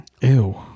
Ew